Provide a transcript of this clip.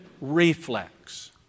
reflex